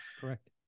correct